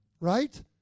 Right